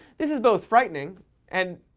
this is both frightening and